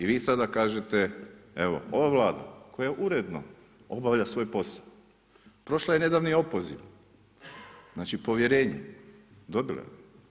I vi sada kažete evo ova Vlada koja uredno obavlja svoj posao, prošla je nedavni opoziv, znači povjerenje, dobila je.